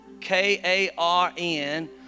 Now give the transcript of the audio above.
K-A-R-N